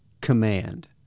command